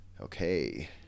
Okay